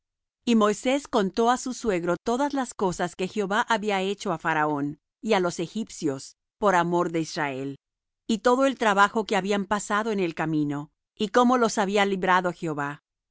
y moisés contó á su suegro todas las cosas que jehová había hecho á faraón y á los egipcios por amor de israel y todo el trabajo que habían pasado en el camino y cómo los había librado jehová y